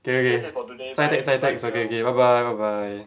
okay okay 再 text 再 text okay okay bye bye bye bye